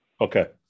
Okay